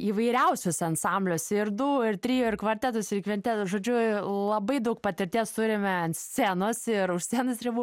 įvairiausiuose ansambliuose ir du ir trio ir kvartetuose ir kvintetuos žodžiu labai daug patirties turime ant scenos ir už scenos ribų